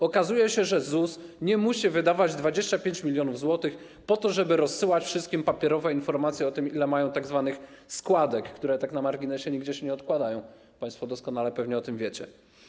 Okazuje się, że ZUS nie musi wydawać 25 mln zł po to, żeby rozsyłać wszystkim papierowe informacje o tym, ile mają tzw. składek, które, tak na marginesie, nigdzie się nie odkładają, państwo pewnie doskonale o tym wiecie.